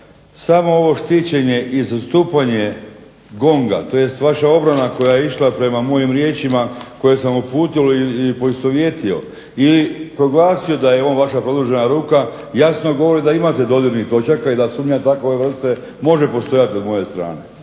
samo ovo štićenje i zastupanje GONG-a, tj. vaša obrana koja je išla prema mojim riječima koje sam uputio i poistovjetio, ili proglasio da je on vaša produžena ruka jasno govori da imate dodirnih točaka, i da sumnja takove vrste može postojati od moje strane.